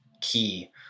key